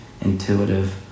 intuitive